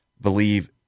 believe